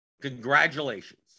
congratulations